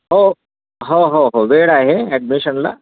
हो हो हो हो वेळ आहे ॲडमिशनला